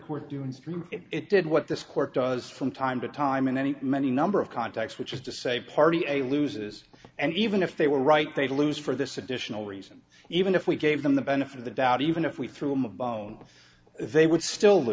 court doing it did what this court does from time to time in many many number of contacts which is to say party a loses and even if they were right they lose for this additional reason even if we gave them the benefit of the doubt even if we threw him a bone if they would still